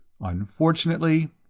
Unfortunately